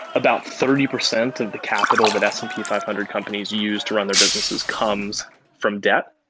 about thirty percent of the capital that s and p five hundred companies use to run their businesses comes from debt.